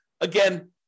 Again